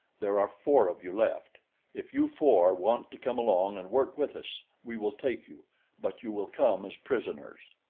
there are four of you left if you four want to come along and work with us, we will take you but you will come as prisoners.